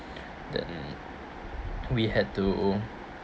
then we had to